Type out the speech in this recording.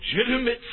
legitimate